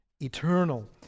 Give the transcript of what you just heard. eternal